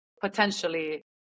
potentially